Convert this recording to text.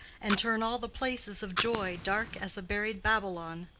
and turn all the places of joy dark as a buried babylon.